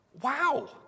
Wow